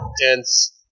dense